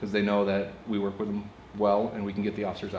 they know that we work with them well and we can get the o